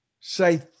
say